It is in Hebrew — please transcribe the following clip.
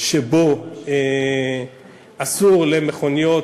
שבו אסור למכוניות,